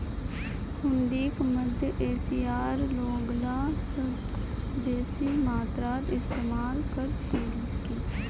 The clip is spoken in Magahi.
हुंडीक मध्य एशियार लोगला सबस बेसी मात्रात इस्तमाल कर छिल की